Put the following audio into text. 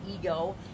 ego